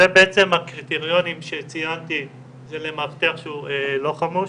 אלה בעצם הקריטריונים שציינתי למאבטח שהוא לא חמוש.